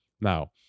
Now